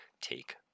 take